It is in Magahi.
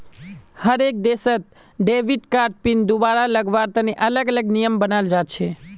हर एक देशत डेबिट कार्ड पिन दुबारा लगावार तने अलग अलग नियम बनाल जा छे